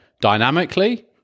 Dynamically